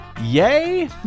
Yay